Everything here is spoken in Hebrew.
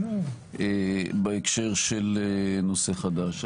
בהקשר של נושא חדש.